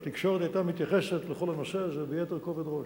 התקשורת היתה מתייחסת לכל הנושא הזה ביתר כובד ראש.